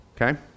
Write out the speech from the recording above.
okay